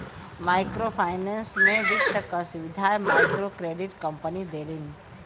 micro finance में वित्त क सुविधा मइक्रोक्रेडिट कम्पनी देलिन